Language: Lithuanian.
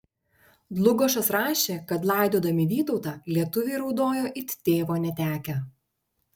dlugošas rašė kad laidodami vytautą lietuviai raudojo it tėvo netekę